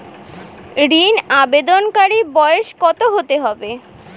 ঋন আবেদনকারী বয়স কত হতে হবে?